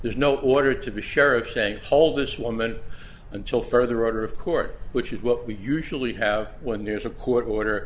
there's no order to the sheriff saying all this woman until further order of court which is what we usually have when there's a court order